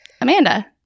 Amanda